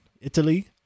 Italy